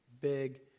big